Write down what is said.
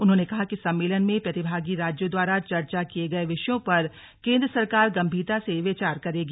उन्होंने कहा कि सम्मेलन में प्रतिभागी राज्यों द्वारा चर्चा किये गये विषयों पर केन्द्र सरकार गंभीरता से विचार करेगी